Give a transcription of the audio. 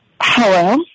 hello